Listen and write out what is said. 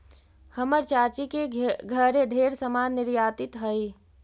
हमर चाची के घरे ढेर समान निर्यातित हई